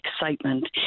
excitement